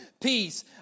Peace